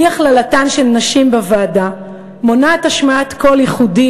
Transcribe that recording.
אי-הכללתן של נשים בוועדה מונעת השמעת קול ייחודי